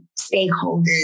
stakeholders